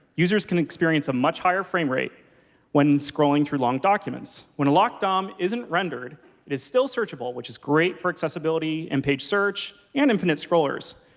users can experience a much higher frame rate when scrolling through long documents. when a locked dom isn't rendered, it is still searchable, which is great for accessibility, and page search, and infinite scrollers.